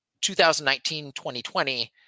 2019-2020